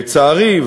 לצערי,